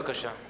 בבקשה.